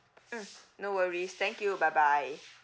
mm no worries thank you bye bye